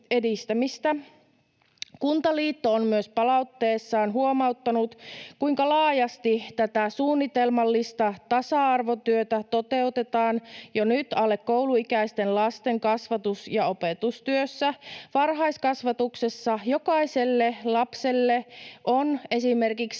Kuntaliitto on myös palautteessaan huomauttanut, kuinka laajasti tätä suunnitelmallista tasa-arvotyötä toteutetaan jo nyt alle kouluikäisten lasten kasvatus- ja opetustyössä. Varhaiskasvatuksessa jokaiselle lapselle on esimerkiksi